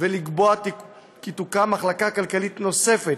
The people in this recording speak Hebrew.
ולקבוע כי תוקם מחלקה כלכלית נוספת